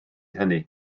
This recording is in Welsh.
hynny